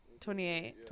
28